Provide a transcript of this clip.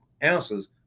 answers